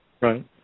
Right